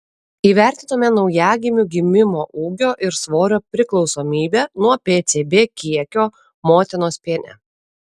įvertinome naujagimių gimimo ūgio ir svorio priklausomybę nuo pcb kiekio motinos piene